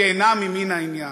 שאינם ממין העניין,